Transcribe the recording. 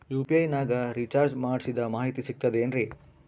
UPI ನಾಗ ನಾ recharge ಮಾಡಿಸಿದ ಮಾಹಿತಿ ಸಿಕ್ತದೆ ಏನ್ರಿ?